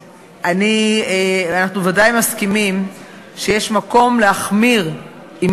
אנחנו ודאי מסכימים שיש מקום להחמיר עם